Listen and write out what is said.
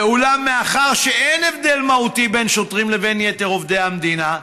ואולם מאחר שאין הבדל מהותי בין שוטרים לבין יתר עובדי המדינה,